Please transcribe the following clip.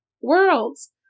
worlds